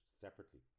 separately